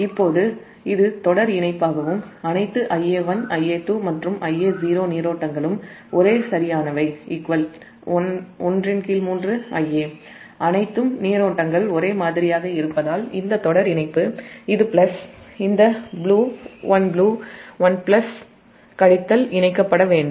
இப்போது இது தொடர் இணைப்பாகவும் அனைத்து Ia1 Ia2 மற்றும் Ia0 நீரோட்டங்களும் 13Ia க்கு சரியானவை அனைத்தும் நீரோட்ட ங்கள் ஒரே மாதிரியாக இருப்பதால் இந்த தொடர் இணைப்பு இது பிளஸ் இந்த ப்ளூ பிளஸ் கழித்தல் இணைக்கப்பட வேண்டும்